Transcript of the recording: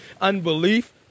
unbelief